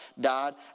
died